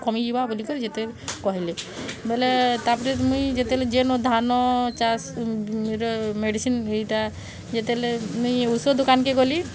କମିଯିବ ବୋଲି କରି କହିଲେ ଯେତେ କହିଲେ ବୋଲେ ତା'ପରେ ମୁଇଁ ଯେତେବେଳେ ଯେନ ଧାନ ଚାଷ୍ର ମେଡ଼ିସିନ ଏଇଟା ଯେତେବେଳେ ମୁଇଁ ଔଷଧ ଦୋକାନକେ ଗଲି